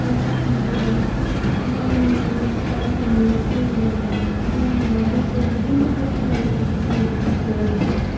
পড়তে খুব ভালো লাগে এবং তা সেই এবং লাইব্রেরিতে বিভিন্ন ধরনের আরো জি কে ভূগোল